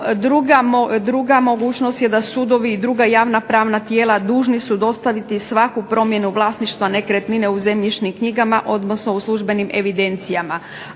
druga mogućnost je da sudovi i druga javna pravna tijela dužni su dostaviti svaku promjenu vlasništva nekretnine u zemljišnim knjigama, odnosno u službenim evidencijama.